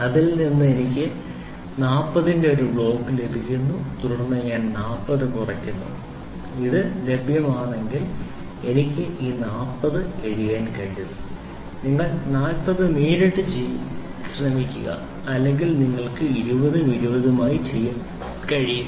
അതിനാൽ എനിക്ക് 40 ന്റെ ഒരു ബ്ലോക്ക് ലഭിക്കുന്നു തുടർന്ന് ഞാൻ 40 കുറയ്ക്കുന്നു ഇത് ലഭ്യമാണെങ്കിൽ എനിക്ക് ഈ 40 എഴുതാൻ കഴിയും നിങ്ങൾ 40 നേരിട്ട് ചെയ്യാൻ ശ്രമിക്കുക അല്ലെങ്കിൽ നിങ്ങൾക്ക് 20 ഉം 20 ഉം ആയി ചെയ്യാൻ കഴിയും